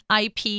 IP